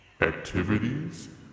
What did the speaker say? activities